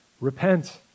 Repent